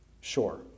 sure